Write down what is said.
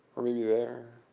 or maybe there.